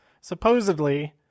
supposedly